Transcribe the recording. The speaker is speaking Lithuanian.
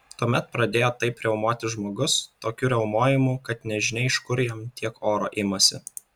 tuomet pradėjo taip riaumoti žmogus tokiu riaumojimu kad nežinia iš kur jam tiek oro imasi